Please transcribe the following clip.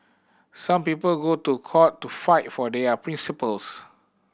some people go to court to fight for their principles